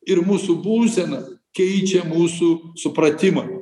ir mūsų būsena keičia mūsų supratimą